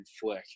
flick